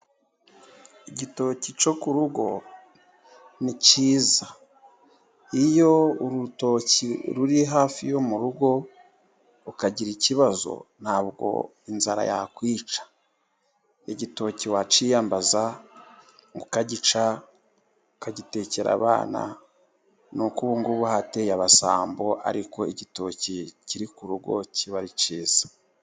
Igitoki cyo ku rugo ni cyiza, iyo urutoki ruri hafi yo mu rugo ukagira ikibazo ntabwo inzara yakwica, igitoki wakiyambaza ukagica ,ukagitekera abana ,nuko ubu ngubu hateye abasambo, ariko igitoki kiri ku rugo kiba ari cyiza.